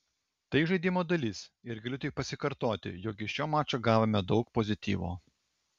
tai žaidimo dalis ir galiu tik pasikartoti jog iš šio mačo gavome daug pozityvo